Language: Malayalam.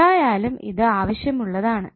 എന്തായാലും ഇത് ആവശ്യമുള്ളതാണ്